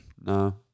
No